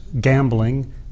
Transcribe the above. gambling